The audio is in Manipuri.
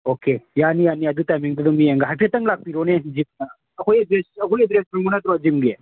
ꯑꯣꯀꯦ ꯌꯥꯅꯤ ꯌꯥꯅꯤ ꯑꯗꯨ ꯇꯥꯏꯝꯃꯤꯡꯗꯨ ꯑꯗꯨꯝ ꯌꯦꯡꯉꯒ ꯍꯥꯏꯐꯦꯠꯇꯪ ꯂꯥꯛꯄꯤꯔꯣꯅꯦ ꯖꯤꯝꯗ ꯑꯩꯈꯣꯏꯒꯤ ꯑꯦꯗ꯭ꯔꯦꯁ ꯈꯪꯕ ꯅꯠꯇ꯭ꯔꯣ ꯖꯤꯝꯒꯤ